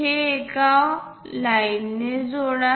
हे एका ओळीने जोडा